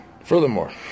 Furthermore